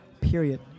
period